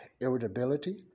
Irritability